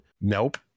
Nope